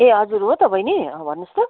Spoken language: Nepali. ए हजुर हो त बहिनी अँ भन्नुहोस् त